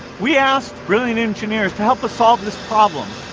we asked brilliant engineers to help us solve this problem,